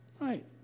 Right